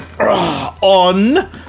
On